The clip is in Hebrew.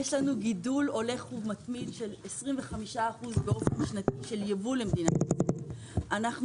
גידול הולך ומתמיד של 25 אחוז של ייבוא למדינת ישראל באופן שנתי,